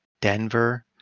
Denver